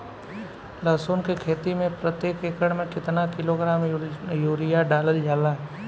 लहसुन के खेती में प्रतेक एकड़ में केतना किलोग्राम यूरिया डालल जाला?